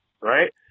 Right